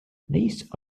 these